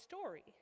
story